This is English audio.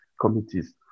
committees